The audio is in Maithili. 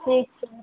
ठीक छै